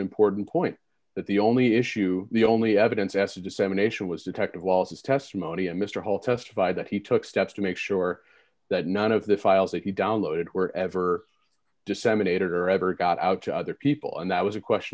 important point that the only issue the only evidence as to dissemination was detected wallace's testimony and mr hall testified that he took steps to make sure that none of the files that he downloaded were ever disseminated or ever got out to other people and that was a question